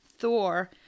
Thor